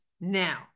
Now